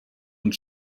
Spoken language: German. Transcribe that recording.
und